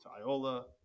iola